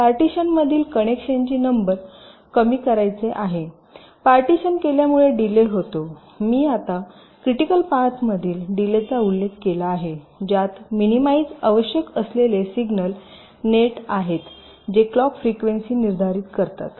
पार्टीशनमधील कनेक्शनची नंबर कमी करायची आहे पार्टीशन केल्यामुळे डीले होतो मी आता आत्ता क्रिटिकल पाथतील डीलेचा उल्लेख केला आहे ज्यात मिनिमाईज आवश्यक असलेले सिग्नल नेट आहेत जे क्लॉक फ्रिक्वेन्सी निर्धारित करतात